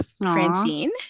Francine